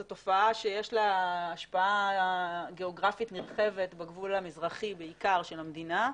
זו תופעה שיש לה השפעה גיאוגרפית נרחבת בעיקר בגבול המזרחי של המדינה.